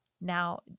Now